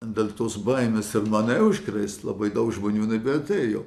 dėl tos baimės ir mane užkrėsti labai daug žmonių nebeatėjo